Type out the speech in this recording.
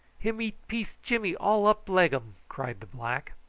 him eat piece jimmy, all up leggum, cried the black.